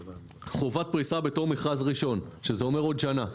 חובת פריסה בתום מכרז ראשון, שזה אומר עוד שנה.